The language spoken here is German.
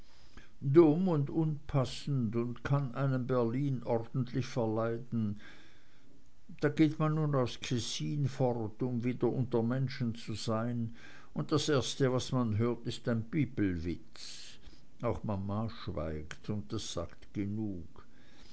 dumm und unpassend und kann einem berlin ordentlich verleiden da geht man nun aus kessin fort um wieder unter menschen zu sein und das erste was man hört ist ein bibelwitz auch mama schweigt und das sagt genug